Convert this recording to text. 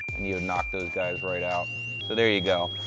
and you would knock those guys right out. so there you go,